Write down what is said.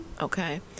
okay